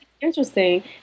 interesting